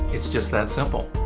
it's just that simple.